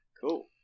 Cool